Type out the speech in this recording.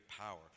power